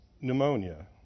pneumonia